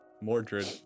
Mordred